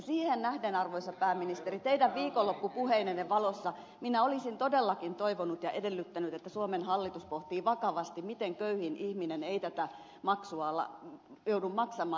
siihen nähden arvoisa pääministeri teidän viikonloppupuheidenne valossa minä olisin todellakin toivonut ja edellyttänyt että suomen hallitus pohtii vakavasti miten köyhin ihminen ei tätä maksua joudu maksamaan